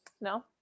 No